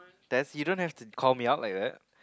Tess you don't have to call me out like that